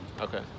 Okay